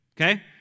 Okay